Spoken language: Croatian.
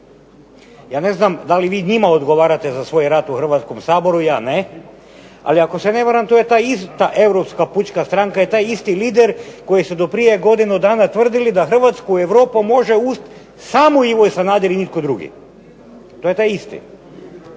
Ja ne znam da li vi njima odgovarate za svoj rad u Hrvatskom saboru, ja ne, ali ako se ne varam to je ta ista europska pučka stranka i taj isti lider koji su do prije godinu dana tvrdili da Hrvatska u Europu može uvest samo Ivo Sanader i nitko drugi. To je taj isti.